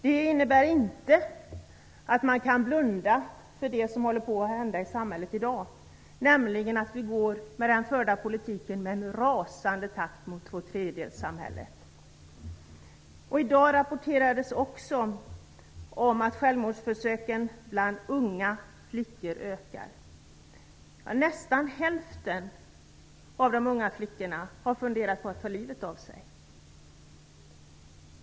Det innebär inte att man kan blunda för det som håller på att hända i samhället i dag, nämligen att vi med den förda politiken går med en rasande takt mot tvåtredjedelssamhället. I dag rapporterades det också om att självmordsförsöken bland unga flickor ökar. Nästan hälften av de unga flickorna har funderat på att ta livet av sig.